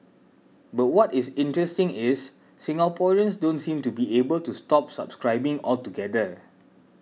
but what is interesting is Singaporeans don't seem to be able to stop subscribing altogether